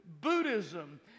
Buddhism